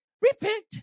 repent